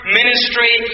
ministry